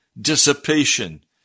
dissipation